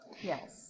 Yes